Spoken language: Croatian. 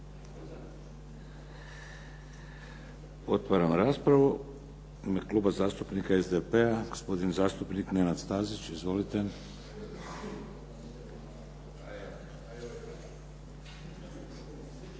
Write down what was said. Otvaram raspravu. U ime Kluba zastupnika SDP-a, gospodin zastupnik Nenad Stazić. Izvolite. **Stazić,